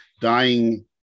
dying